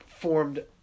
formed